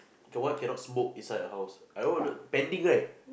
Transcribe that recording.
the one cannot smoke inside your house I order pending right